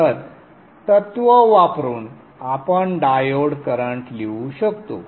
तर तत्त्व वापरून आपण डायोड करंट लिहू शकतो